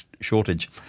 shortage